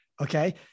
okay